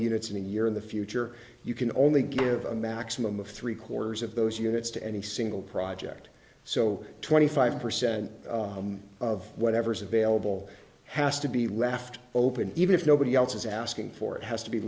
units in a year in the future you can only give a maximum of three quarters of those units to any single project so twenty five percent of whatever's available has to be left open even if nobody else is asking for it has to be